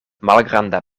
malgranda